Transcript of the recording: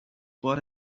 what